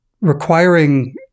requiring